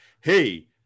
hey